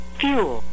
fuel